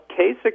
Kasich